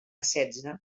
setze